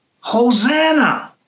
Hosanna